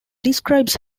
describes